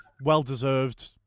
Well-deserved